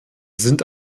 sind